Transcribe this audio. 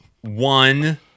one